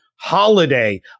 holiday